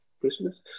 Christmas